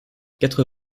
quatre